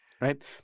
right